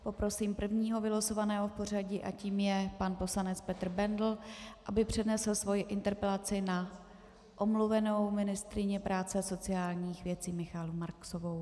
Poprosím prvního vylosovaného v pořadí a tím je pan poslanec Petr Bendl, aby přednesl svoji interpelaci na omluvenou ministryni práce a sociálních věcí Michaelu Marksovou.